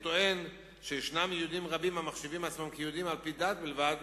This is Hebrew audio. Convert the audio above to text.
הוא טוען שיש יהודים רבים המחשיבים עצמם ליהודים על-פי דת בלבד,